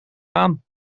aan